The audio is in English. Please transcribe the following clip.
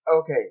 Okay